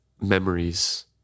memories